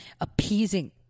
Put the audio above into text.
appeasing